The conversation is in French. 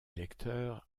électeurs